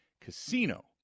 Casino